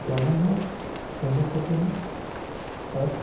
दोनों ही प्रमुख होते हैं पर